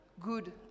good